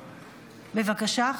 בבקשה.